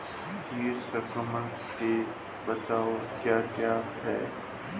कीट संक्रमण के बचाव क्या क्या हैं?